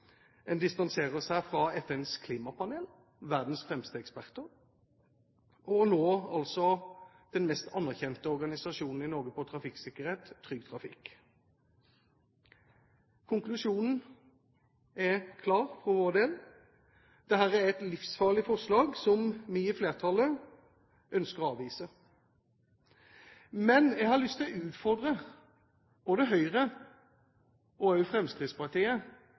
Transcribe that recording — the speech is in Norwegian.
en advarende pekefinger mot å heve fartsgrensen. Dette er ikke første gang Fremskrittspartiet distanserer seg fra fakta. Det er nok å nevne at de distanserer seg fra FNs klimapanel, verdens fremste eksperter, og nå fra den mest anerkjente organisasjonen i Norge på trafikksikkerhet, Trygg Trafikk. Konklusjonen er klar for vår del: Dette er et livsfarlig forslag som vi i flertallet ønsker å